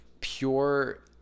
pure